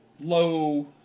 low